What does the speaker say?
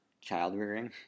child-rearing